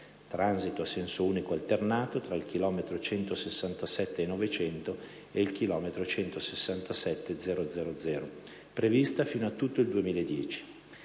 (transito a senso unico alternato tra il chilometro 167+900 ed il chilometro 167+000) prevista sino a tutto il 2010.